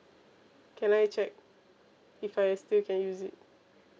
can I check if I still can use it